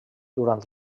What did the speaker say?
durant